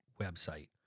website